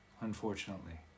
Unfortunately